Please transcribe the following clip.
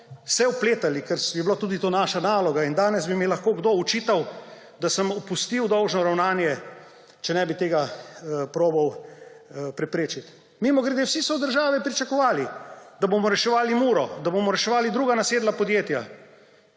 se vpletali, ker bila tudi to naša naloga, in danes bi mi lahko kdo očital, da sem opustil dolžno ravnanje, če ne bi tega probal preprečiti. Mimogrede, vsi so od države pričakovali, da bomo reševali Muro, da bomo reševali druga nasedla podjetja.